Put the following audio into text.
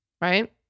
Right